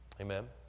Amen